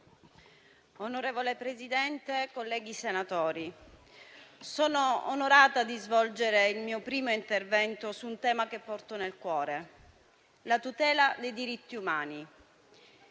Onorevole Presidente, colleghi senatori, sono onorata di svolgere il mio primo intervento su un tema che porto nel cuore: la tutela dei diritti umani.